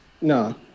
No